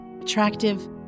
attractive